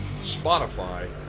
Spotify